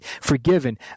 forgiven